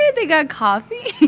yeah they got coffee